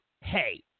Hey